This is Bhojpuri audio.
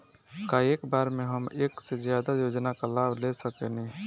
का एक बार में हम एक से ज्यादा योजना का लाभ ले सकेनी?